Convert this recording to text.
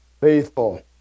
faithful